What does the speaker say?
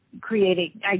creating